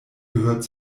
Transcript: gehört